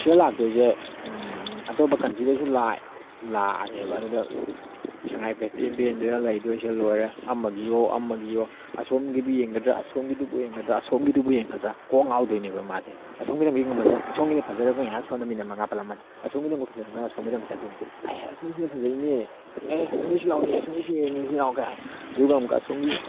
ꯁꯤꯗ ꯂꯥꯛꯇꯣꯏꯁꯦ ꯑꯇꯣꯞꯄ ꯀꯟꯇ꯭ꯔꯤꯗꯩꯁꯨ ꯂꯥꯛꯑꯦꯕ ꯑꯗꯨꯗ ꯁꯉꯥꯏ ꯐꯦꯁꯇꯤꯕꯦꯜꯗꯨꯗ ꯂꯩꯗꯣꯏꯁꯦ ꯂꯣꯏꯔꯦ ꯑꯃꯒꯤꯑꯣ ꯑꯃꯒꯤꯑꯣ ꯑꯁꯣꯝꯒꯤꯕꯨ ꯌꯦꯡꯒꯗ꯭ꯔꯥ ꯑꯁꯣꯝꯒꯤꯗꯨꯕꯨ ꯌꯦꯡꯒꯗ꯭ꯔꯥ ꯑꯁꯣꯝꯒꯤꯗꯨꯕꯨ ꯌꯦꯡꯒꯗ꯭ꯔꯥ ꯀꯣꯛ ꯉꯥꯎꯗꯣꯏꯅꯦꯕ ꯃꯥꯁꯦ ꯑꯁꯣꯝꯒꯤꯗ ꯑꯃꯨꯛ ꯌꯦꯡꯉꯝꯃꯁꯤ ꯂꯥꯛꯑꯣ ꯁꯣꯝꯒꯤꯅ ꯐꯖꯔꯝꯒꯅꯤ ꯉꯥꯏꯍꯥꯛ ꯁꯣꯝꯗ ꯃꯤꯅꯤꯠ ꯃꯉꯥ ꯄꯜꯂꯝꯂꯅꯤ ꯑꯁꯣꯝꯒꯤꯗꯨ ꯑꯃꯨꯛ ꯐꯖꯔꯒꯅ ꯑꯁꯣꯝꯒꯤꯗ ꯑꯃꯨꯛ ꯆꯠꯇꯣꯏꯅꯤ ꯑꯥꯏ ꯑꯁꯣꯝꯒꯤꯁꯤꯅ ꯐꯖꯩꯅꯦ ꯑꯦ ꯑꯦ ꯑꯁꯣꯝꯒꯤꯁꯤ ꯂꯥꯛꯑꯣꯅꯦ ꯑꯁꯣꯝꯒꯤꯁꯤ ꯌꯦꯡꯂꯁꯤ ꯂꯥꯛꯑꯣ ꯀꯥꯏ ꯑꯗꯨꯒ ꯑꯃꯨꯛꯀ ꯑꯁꯣꯝꯒꯤ